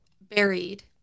buried